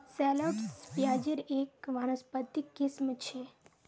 shallots प्याज़ेर एक वानस्पतिक किस्म छ